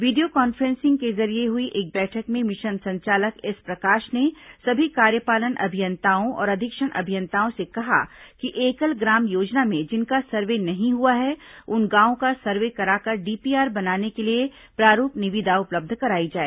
video conferencing के जरिये हुई एक बैठक में मिशन संचालक एस प्रकाश ने सभी कार्यपालन अभियंताओं और अधीक्षण अभियंताओं से कहा कि एकल ग्राम योजना में जिनका सर्वे नहीं हुआ है उन गांवों का सर्वे कराकर डीपीआर बनाने के लिए प्रारूप निविदा उपलब्ध कराई जाए